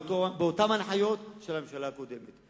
באותן הנחיות של הממשלה הקודמת,